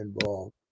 involved